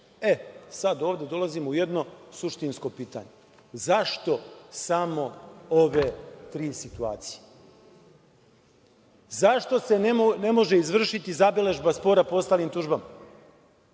Sada ovde dolazimo u jedno suštinsko pitanje. Zašto samo ove tri situacije? Zašto se ne može izvršiti zabeležba spora po ostalim tužbama?